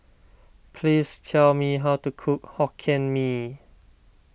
please tell me how to cook Hokkien Mee